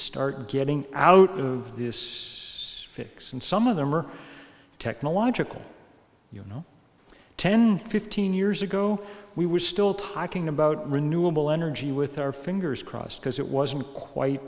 start getting out of this fix and some of them are technological you know ten fifteen years ago we were still talking about renewable energy with our fingers crossed because it wasn't quite